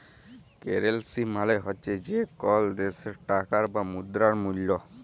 currency মালে হছে যে কল দ্যাশের টাকার বা মুদ্রার মূল্য